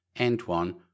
Antoine